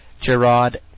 Gerard